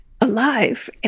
Alive